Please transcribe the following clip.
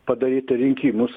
padaryti rinkimus